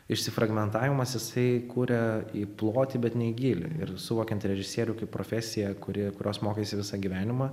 išsifragmentavimas jisai kuria į plotį bet ne į gylį ir suvokiant režisierių kaip profesiją kuri kurios mokaisi visą gyvenimą